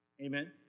Amen